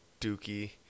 Dookie